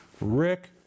Rick